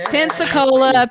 Pensacola